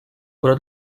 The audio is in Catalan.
però